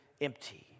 empty